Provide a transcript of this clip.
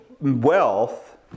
wealth